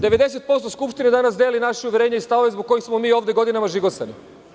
Devedeset posto Skupštine danas deli naše uverenje i stavove zbog kojih smo mi ovde godinama žigosani.